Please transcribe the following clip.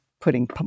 putting